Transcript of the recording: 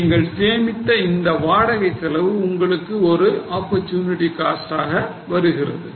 நீங்கள் சேமித்த இந்த வாடகை செலவு உங்களுக்கு ஒரு opportunity cost ஆக வருகிறது